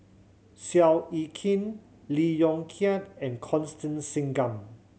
Seow Yit Kin Lee Yong Kiat and Constance Singam